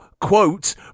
quote